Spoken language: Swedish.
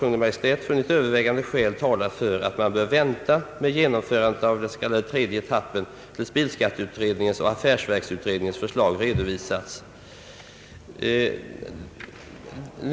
Kungl. Maj:t har därför funnit övervägande skäl tala för att man bör vänta med genomförandet av den så kallade tredje etappen tills bilskatteutredningens och affärsverksutredningens förslag redovisats.